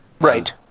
Right